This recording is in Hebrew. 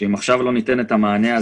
אם לא ניתן עכשיו מענה,